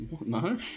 No